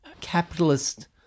capitalist